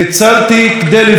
בעיקר בתיכונים,